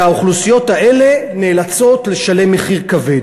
והאוכלוסיות האלה נאלצות לשלם מחיר כבד.